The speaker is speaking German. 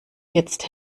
jetzt